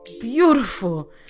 beautiful